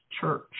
church